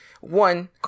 one